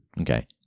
Okay